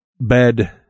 bed